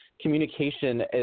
communication